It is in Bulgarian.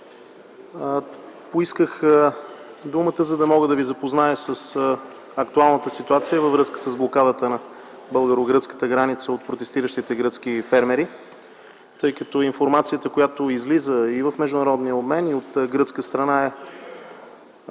Поисках думата, за да мога да ви запозная с актуалната ситуация във връзка с блокадата на българо-гръцката граница от протестиращите гръцки фермери, тъй като информацията, която излиза и в международния обмен, и от гръцка страна, е доста